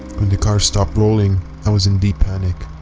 when the car stopped rolling i was in deep panic,